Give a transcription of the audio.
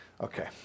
Okay